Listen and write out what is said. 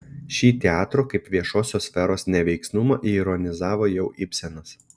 šį teatro kaip viešosios sferos neveiksnumą ironizavo jau ibsenas